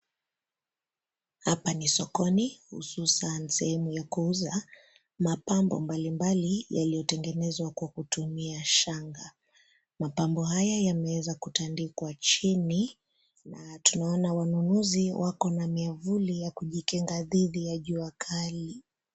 Hapa ni sokoni, hususan sehemu ya kuuza mapambo mbalimbali yaliyotengenezwa kwa kutumia shanga. Mapambo haya yameweza kutandikwa chini na tunaona wanunuzi wako na miavuli ya kujikinga dhidi ya jua kali.